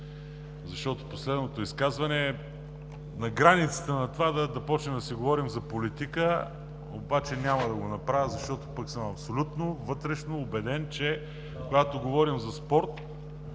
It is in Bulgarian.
защото последното изказване е на границата да започнем да си говорим за политика, обаче няма да го направя, защото пък съм абсолютно вътрешно убеден, че когато говорим за спорт,